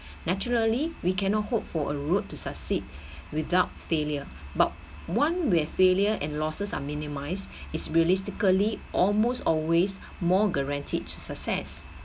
naturally we cannot hope for a route to succeed without failure but one where failure and losses are minimize is realistically almost always more guaranteed to success